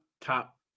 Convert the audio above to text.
top